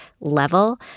level